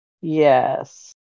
Yes